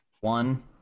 One